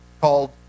called